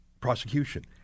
prosecution